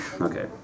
Okay